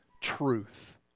truth